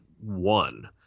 one